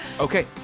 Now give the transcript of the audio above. Okay